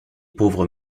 pauvres